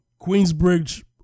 Queensbridge